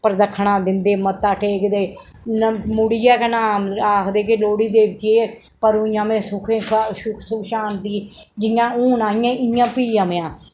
परदक्खनां दिंदे मत्था टेकदे मुड़ियै केह् नां आखदे कि लोह्ड़ी जे जे परूं जे सुखे सा सुख सुख शांति जि'यां हून आई ऐ इ'यां फ्ही आवेआं